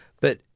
But-